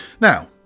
Now